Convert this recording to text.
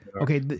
Okay